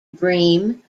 bream